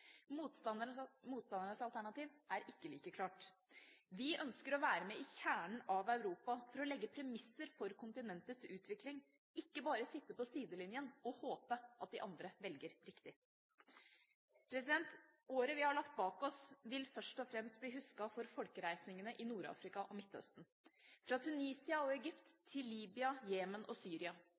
Europa. Motstandernes alternativ er ikke like klart. Vi ønsker å være med i kjernen av Europa for å legge premisser for kontinentets utvikling, ikke bare sitte på sidelinjen og håpe at de andre velger riktig. Året vi har lagt bak oss, vil først og fremst bli husket for folkereisningene i Nord-Afrika og Midtøsten – fra Tunisia og Egypt til Libya, Jemen og Syria.